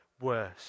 worse